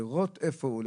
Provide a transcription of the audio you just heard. לראות איפה הוא,